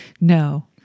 No